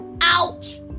Ouch